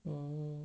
mm